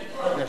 תימחק.